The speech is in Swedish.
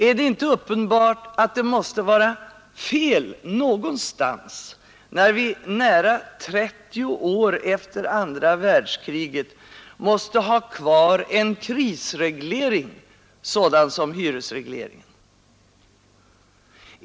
Är det inte uppenbart att det måste vara fel någonstans när vi nära 30 år efter andra världskriget måste ha kvar en kristidsreglering sådan som hyresregleringen?